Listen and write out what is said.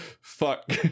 fuck